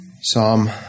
Psalm